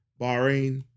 Bahrain